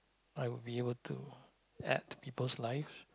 I would be able to add to people's life